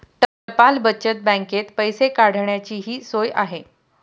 टपाल बचत बँकेत पैसे काढण्याचीही सोय आहे